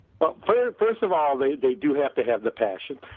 but but first of all, they they do have to have the passion.